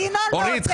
אז לכן --- אורית,